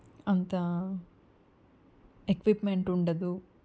అంత ఎక్విప్మెంట్ ఉండదు